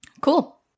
Cool